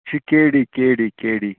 یہِ چھُ K D K D K D